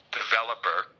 developer